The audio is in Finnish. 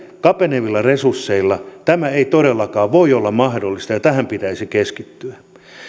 kapenevilla resursseilla tämä ei todellakaan voi olla mahdollista ja tähän pitäisi keskittyä